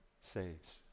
saves